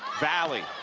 valley.